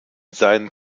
seinen